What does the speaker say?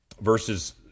verses